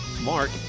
Mark